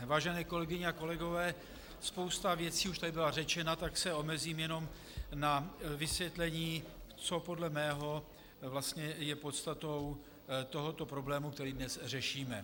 Vážené kolegyně a kolegové, spousta věcí už tady byla řečena, tak se omezím jenom na vysvětlení, co podle mého vlastně je podstatou tohoto problému, který dnes řešíme.